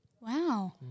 Wow